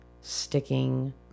sticking